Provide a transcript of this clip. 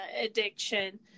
addiction